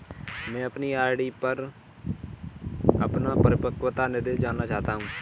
मैं अपनी आर.डी पर अपना परिपक्वता निर्देश जानना चाहता हूँ